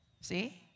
See